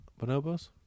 Bonobos